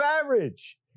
average